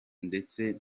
ndetse